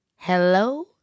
Hello